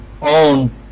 own